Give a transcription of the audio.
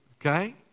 okay